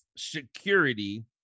Security